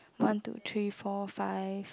one two three four five